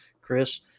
Chris